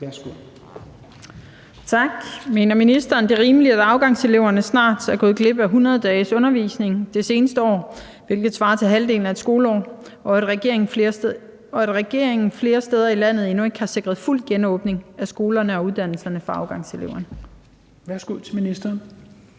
(V): Tak. Mener ministeren, at det er rimeligt, at afgangseleverne snart er gået glip af 100 dages undervisning det seneste år, hvilket svarer til halvdelen af et skoleår, og at regeringen flere steder i landet endnu ikke har sikret fuld genåbning af skolerne og uddannelserne for afgangseleverne? Kl.